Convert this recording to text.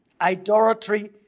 Idolatry